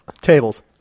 Tables